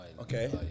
Okay